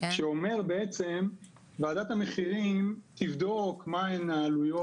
שאומר בעצם שוועדת המחירים תבדוק מה הן העלויות